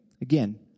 Again